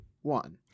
one